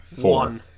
Four